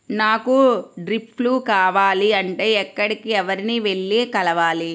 నాకు డ్రిప్లు కావాలి అంటే ఎక్కడికి, ఎవరిని వెళ్లి కలవాలి?